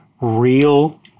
Real